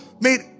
made